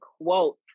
quote